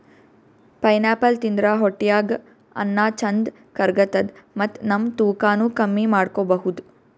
pineapple ತಿಂದ್ರ್ ಹೊಟ್ಟ್ಯಾಗ್ ಅನ್ನಾ ಚಂದ್ ಕರ್ಗತದ್ ಮತ್ತ್ ನಮ್ ತೂಕಾನೂ ಕಮ್ಮಿ ಮಾಡ್ಕೊಬಹುದ್